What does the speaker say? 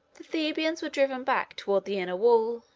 the thebans were driven back toward the inner wall,